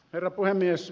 herra puhemies